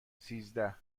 سیزده